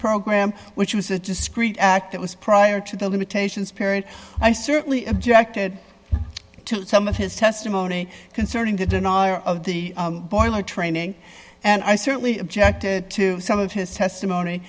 program which was a discrete act that was prior to the limitations period i certainly objected to some of his testimony concerning the denial of the boiler training and i certainly objected to some of his testimony